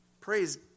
Praise